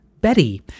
Betty